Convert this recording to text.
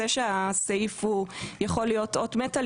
הסעיף יכול להיות אות מתה,